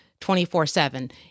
24-7